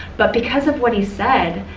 but because of what he said,